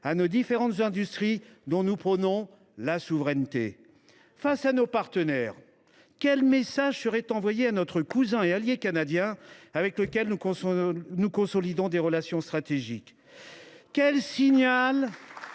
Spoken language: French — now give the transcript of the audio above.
à nos différentes industries, dont nous prônons la souveraineté ? Quel message serait envoyé à notre cousin et allié canadien, avec lequel nous consolidons des relations stratégiques ? Quel signal